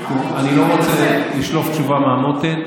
אני לא רוצה לשלוף תשובה מהמותן.